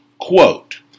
quote